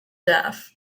death